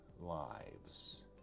lives